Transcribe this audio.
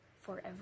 forever